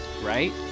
right